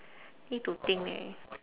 need to think leh